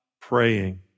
praying